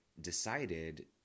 decided